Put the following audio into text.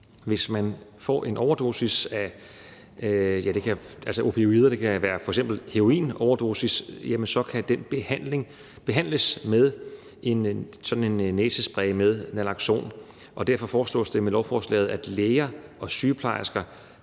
hvis man får en overdosis af opioider – det kan f.eks. være heroin – kan den behandles med sådan en næsespray med naloxon. Derfor foreslås det med lovforslaget, at læger og sygeplejersker